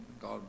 God